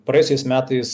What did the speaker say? praėjusiais metais